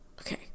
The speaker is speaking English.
Okay